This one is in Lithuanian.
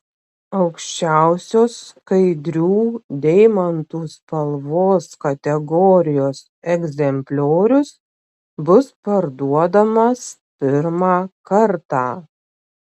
aukščiausios skaidrių deimantų spalvos kategorijos egzempliorius bus parduodamas pirmą kartą